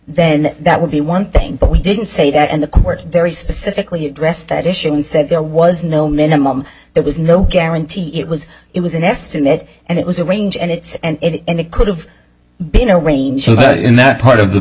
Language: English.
then that would be one thing but we didn't say that and the court very specifically addressed that issue and said there was no minimum there was no guarantee it was it was an estimate and it was a range and it's and it could've been a range in that part of the